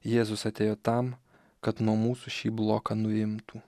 jėzus atėjo tam kad nuo mūsų šį bloką nuimtų